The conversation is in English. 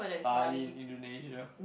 Bali Indonesia